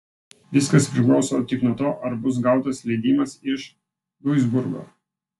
viskas priklauso tik nuo to ar bus gautas leidimas iš duisburgo